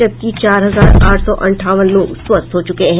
जबकि चार हजार आठ सौ अंठावन लोग स्वस्थ हो चुके हैं